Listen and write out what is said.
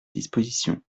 disposition